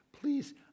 please